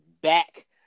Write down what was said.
back